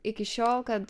iki šiol kad